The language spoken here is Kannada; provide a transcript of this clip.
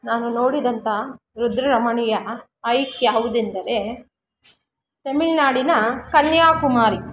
ನಾನು ನೋಡಿದಂಥ ರುದ್ರ ರಮಣೀಯ ಐಕ್ ಯಾವುದೆಂದರೆ ತಮಿಳುನಾಡಿನ ಕನ್ಯಾಕುಮಾರಿ